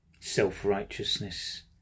Self-righteousness